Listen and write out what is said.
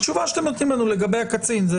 תשובה שאתם נותנים לנו לגבי הקצין זה